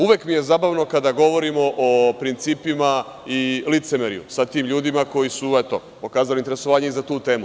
Uvek mi je zabavno kada govorimo o principima i licemerju sa tim ljudima koji su pokazali interesovanje i za tu temu.